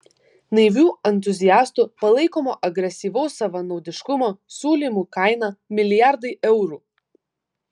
naivių entuziastų palaikomo agresyvaus savanaudiškumo siūlymų kaina milijardai eurų